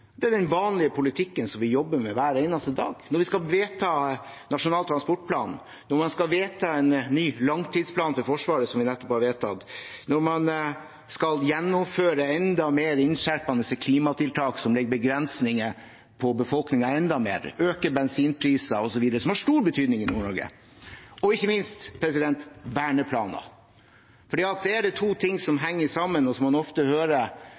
det er den vanlige politikken som vi jobber med hver eneste dag – når man skal vedta Nasjonal transportplan, når man skal vedta en ny langtidsplan for Forsvaret, som vi nettopp har vedtatt, når man skal gjennomføre enda mer innskjerpende klimatiltak som legger begrensninger på befolkningen enda mer, øke bensinpriser, osv., noe som har stor betydning i Nord-Norge, og ikke minst verneplaner. For det er to ting som henger sammen, og som man ofte hører